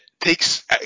Takes